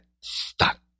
stuck